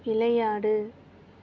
விளையாடு